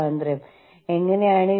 അതിനാൽ നിങ്ങൾ അത് എടുക്കുന്നു